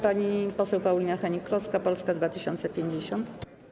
Pani poseł Paulina Hennig-Kloska, Polska 2050.